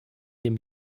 dem